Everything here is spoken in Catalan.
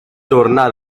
tornar